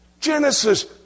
Genesis